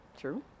True